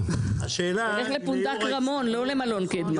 לך לפונדק רמון לא למלון קדמה.